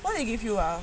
what they give you ah